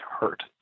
hurt